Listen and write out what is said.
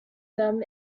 them